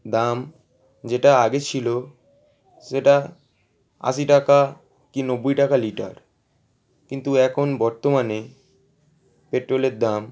দাম যেটা আগে ছিল সেটা আশি টাকা কি নব্বই টাকা লিটার কিন্তু এখন বর্তমানে পেট্রোলের দাম